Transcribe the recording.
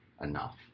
Enough